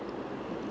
wedding food